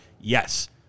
Yes